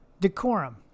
Decorum